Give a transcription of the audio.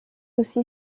aussi